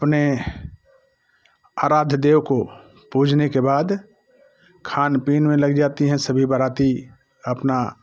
अपने आराध्य देव को पूजने के बाद खान पीन में लग जाती है सभी बाराती अपना